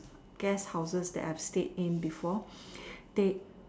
guest houses that I have stayed in before they